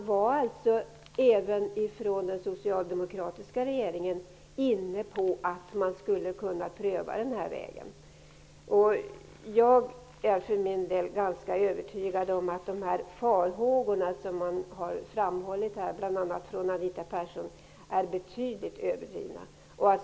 Även från den socialdemokratiska regeringens sida var man alltså inne på att pröva nämnda väg. Jag för min del är ganska övertygad om att de farhågor som bl.a. Anita Persson talat om är betydligt överdrivna.